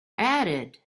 added